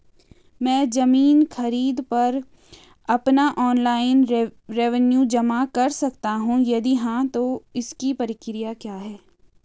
मैं ज़मीन खरीद पर अपना ऑनलाइन रेवन्यू जमा कर सकता हूँ यदि हाँ तो इसकी प्रक्रिया क्या है?